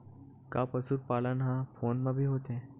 का पशुपालन ह फोन म भी होथे?